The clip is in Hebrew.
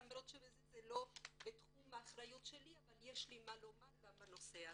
למרות שזה לא תחום האחריות שלי אבל יש לי מה לומר גם בנושא הזה.